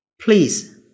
please